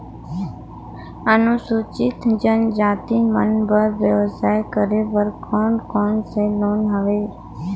अनुसूचित जनजाति मन बर व्यवसाय करे बर कौन कौन से लोन हवे?